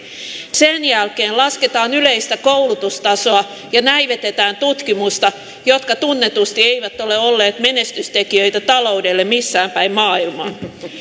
sen jälkeen lasketaan yleistä koulutustasoa ja näivetetään tutkimusta jotka tunnetusti eivät ole olleet menestystekijöitä taloudelle missään päin maailmaa